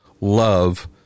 love